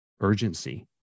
urgency